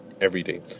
everyday